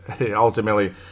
ultimately